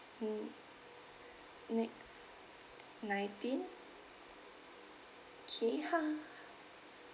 mm next nineteen okay